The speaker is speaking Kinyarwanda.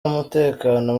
mutekano